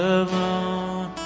alone